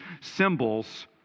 symbols